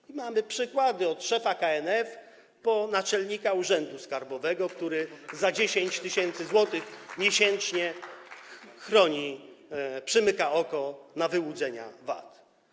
I mamy przykłady, od szefa KNF po naczelnika urzędu skarbowego, który za 10 tys. zł miesięcznie chroni, przymyka oko na wyłudzenia VAT.